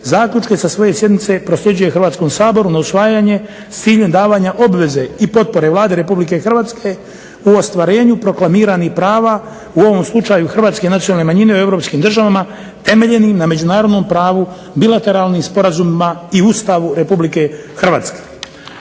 zaključke sa svoje sjednice prosljeđuje Hrvatskom saboru na usvajanje s ciljem davanja obveze i potpore Vlade RH u ostvarenju proklamiranih prava u ovom slučaju hrvatske nacionalne manjine u europskim državama temeljenim na međunarodnom pravu, bilateralnim sporazumima i Ustavu RH.